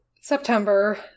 September